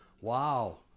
wow